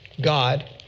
God